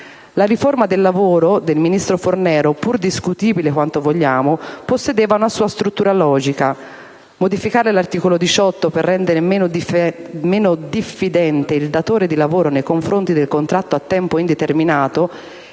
La riforma del lavoro del ministro Fornero, pur discutibile quanto vogliamo, possedeva una sua struttura logica: modificare l'articolo 18 per rendere meno diffidente il datore di lavoro nei confronti del contratto a tempo indeterminato